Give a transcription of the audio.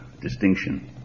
distinction